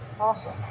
Awesome